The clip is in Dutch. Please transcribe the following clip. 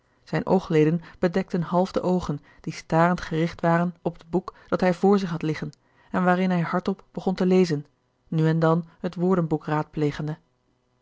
zijn oogleden bedekten half de oogen die starend gericht waren op het boek dat hij vr zich had liggen en waarin hij hardop begon te lezen nu en dan het woordenboek raadplegende